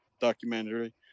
documentary